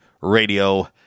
Radio